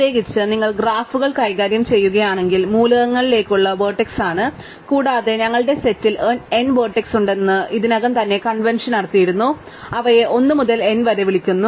പ്രത്യേകിച്ചും നിങ്ങൾ ഗ്രാഫുകൾ കൈകാര്യം ചെയ്യുകയാണെങ്കിൽ മൂലകങ്ങൾ ലേക്കുള്ള വേർട്സ്ആണ് കൂടാതെ ഞങ്ങളുടെ സെറ്റിൽ n വെർട്ടിസ്സ് ഉണ്ടെന്ന് ഞങ്ങൾ ഇതിനകം തന്നെ കൺവെൻഷൻ നടത്തിയിരുന്നു ഞങ്ങൾ അവയെ 1 മുതൽ n വരെ വിളിക്കുന്നു